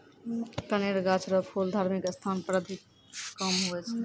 कनेर गाछ रो फूल धार्मिक स्थान पर अधिक काम हुवै छै